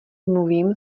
mluvím